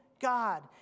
God